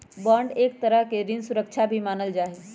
bond के एक तरह के ऋण सुरक्षा भी मानल जा हई